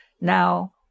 Now